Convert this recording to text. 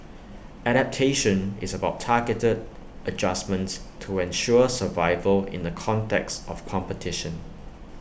adaptation is about targeted adjustments to ensure survival in the context of competition